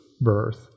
birth